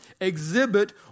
exhibit